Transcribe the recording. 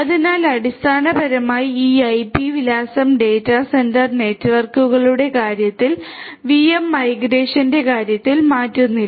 അതിനാൽ അടിസ്ഥാനപരമായി ഈ ഐപി വിലാസം ഡാറ്റാ സെന്റർ നെറ്റ്വർക്കുകളുടെ കാര്യത്തിൽ വിഎം മൈഗ്രേഷന്റെ കാര്യത്തിൽ മാറുന്നില്ല